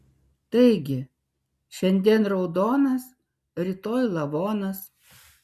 taigi šiandien raudonas rytoj lavonas